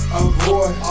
avoid